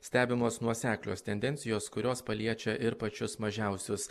stebimos nuoseklios tendencijos kurios paliečia ir pačius mažiausius